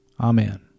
Amen